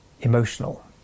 emotional